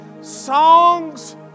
songs